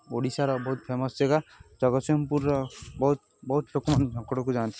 ଓଡ଼ିଶାର ବହୁତ ଫେମସ୍ ଜାଗା ଜଗତସିଂହପୁରର ବହୁତ ବହୁତ ଲୋକମାନେ ଝଙ୍କଡ଼କୁ ଯାଆନ୍ତି